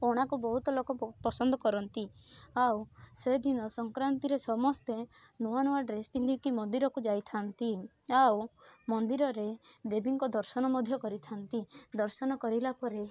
ପଣାକୁ ବହୁତ ଲୋକ ପସନ୍ଦ କରନ୍ତି ଆଉ ସେଦିନ ସଂକ୍ରାନ୍ତିରେ ସମସ୍ତେ ନୂଆ ନୂଆ ଡ୍ରେସ୍ ପିନ୍ଧିକି ମନ୍ଦିରକୁ ଯାଇଥାନ୍ତି ଆଉ ମନ୍ଦିରରେ ଦେବୀଙ୍କ ଦର୍ଶନ ମଧ୍ୟ କରିଥାନ୍ତି ଦର୍ଶନ କରିଲା ପରେ